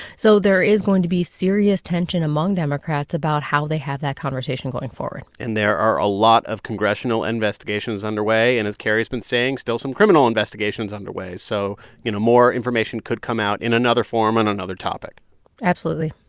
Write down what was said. so there is going to be serious tension among democrats about how they have that conversation going forward and there are a lot of congressional investigations underway and, as carrie's been saying, still some criminal investigations under way. so you know, more information could come out in another form on another topic absolutely.